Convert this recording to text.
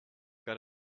got